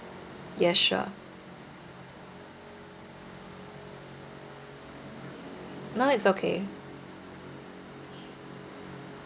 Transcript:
yes sure no it's okay